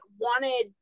wanted